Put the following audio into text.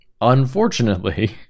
Unfortunately